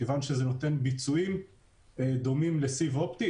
מכיוון שזה נותן ביצועים דומים לסיב אופטי.